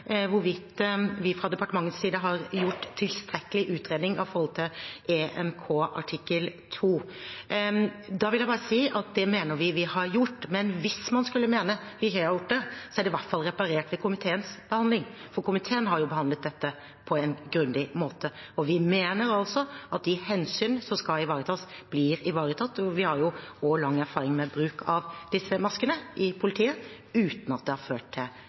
hvorvidt vi fra departementets side har gjort en tilstrekkelig utredning når det gjelder EMK artikkel 2. Da vil jeg bare si at det mener vi at vi har gjort. Men hvis man skulle mene at vi ikke har gjort det, er det i hvert fall reparert i komiteens behandling, for komiteen har jo behandlet dette på en grundig måte. Vi mener altså at de hensyn som skal ivaretas, blir ivaretatt. Vi har også lang erfaring med bruk av disse maskene i politiet uten at det har ført til